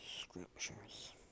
scriptures